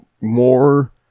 more